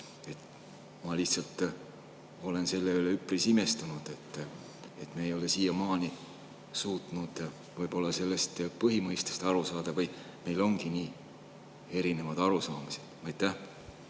Ma lihtsalt olen selle üle üpris imestunud, et me ei ole siiamaani suutnud võib-olla sellest põhimõistest aru saada. Või siis meil ongi nii erinevad arusaamad. Küsimus